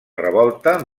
revolta